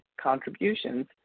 contributions